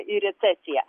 į recesiją